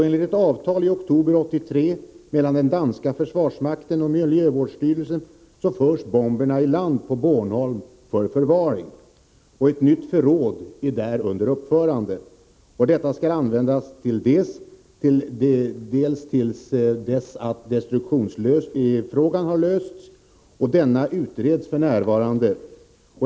Enligt ett avtal som träffades i oktober 1983 mellan den danska försvarsmakten och miljöstyrelsen förs bomberna i land på Bornholm för förvaring. Ett nytt förråd är där under uppförande. Detta skall användas till dess att destruktionsfrågan har lösts, och denna utreds f. n.